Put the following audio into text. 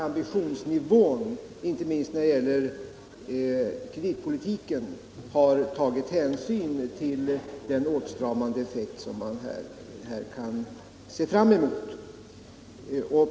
Ambitionsnivån, inte minst när det gäller kreditpolitiken, har tagit hänsyn till den åtstramande effekt som man här kan se fram emot.